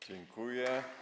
Dziękuję.